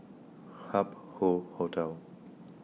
Hup Hoe Hotel